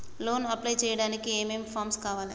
Loan apply చేయడానికి ఏం ఏం ఫామ్స్ కావాలే?